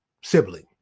sibling